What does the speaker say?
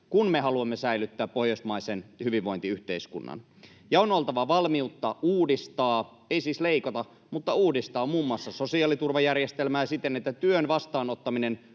kun me haluamme säilyttää pohjoismaisen hyvinvointiyhteiskunnan, ja on oltava valmiutta uudistaa, ei siis leikata, mutta uudistaa, muun muassa sosiaaliturvajärjestelmää siten, että työn vastaanottaminen